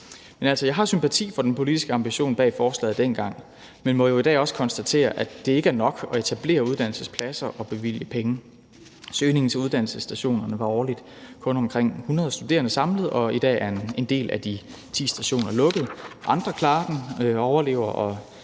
jeg har sympati for den politiske ambition bag forslaget dengang, men må jo i dag også konstatere, at det ikke er nok at etablere uddannelsespladser og bevilge penge. Søgningen til uddannelsesstationerne var årligt kun omkring 100 studerende samlet, og i dag er en del af de ti stationer lukket. Andre klarer den, overlever og